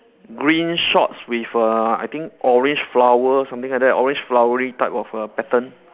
green shorts with err I think orange flower something like that orange flowery type of a pattern